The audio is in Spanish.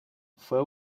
fue